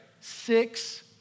six